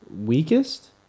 weakest